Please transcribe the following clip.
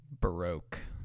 baroque